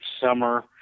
summer